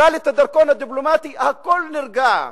שלל את הדרכון הדיפלומטי, הכול נרגע.